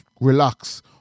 relax